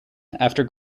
after